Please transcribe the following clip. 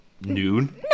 noon